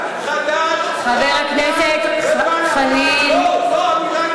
קוראים לזה חד"ש, רע"ם-תע"ל ובל"ד.